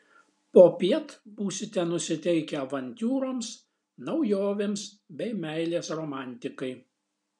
popiet būsite nusiteikę avantiūroms naujovėms bei meilės romantikai